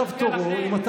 בפריז עם הסכם הגז.